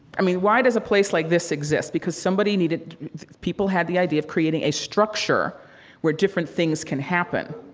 i mean, why does a place like this exist? because somebody needed people had the idea of creating a structure where different things can happen.